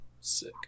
sick